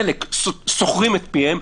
חלק סוכרים את פיהם,